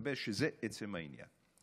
מסתבר שזה עצם העניין.